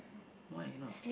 why not